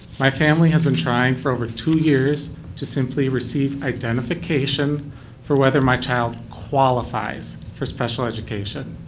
my family has been trying for over two years to simply receive identification for whether my child qualifies for special education.